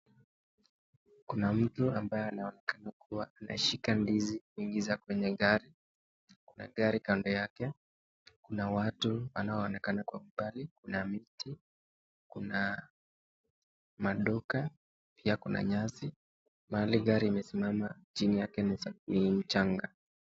Kuna mtu ambaye anaonekana akishika ndizi akiingisha kwa gari ,kuna gari kando yake, kuna watu wanaonekana kwa umbali ya miti ,kuna maduka pia kuna nyasi ,mahali gari imesimama chini yake ni mchanga.